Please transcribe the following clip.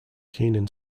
keenan